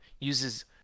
uses